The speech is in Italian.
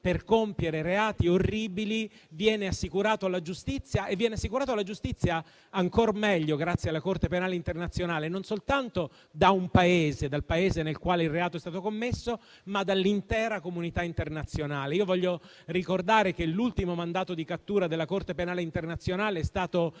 per compiere reati orribili viene assicurato alla giustizia; ancor meglio, viene assicurato alla giustizia, grazie alla Corte penale internazionale, non soltanto dal Paese nel quale il reato è stato commesso, ma dall'intera comunità internazionale. Io voglio ricordare che l'ultimo mandato di cattura della Corte penale internazionale è stato